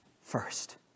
first